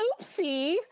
oopsie